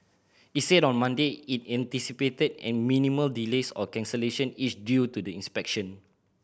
it said on Monday it anticipated an minimal delays or cancellation each due to the inspection